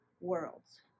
worlds